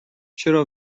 چرا